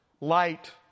light